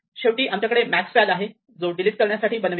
शेवटी आमच्याकडे maxval आहे जे आपण डिलीट करण्यासाठी बनवले आहे